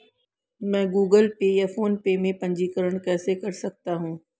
मैं Google Pay या PhonePe में पंजीकरण कैसे कर सकता हूँ?